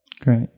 Great